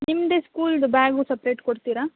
ನಿಮ್ಮದೆ ಸ್ಕೂಲಿಂದು bag separate ಕೊಡ್ತೀರಾ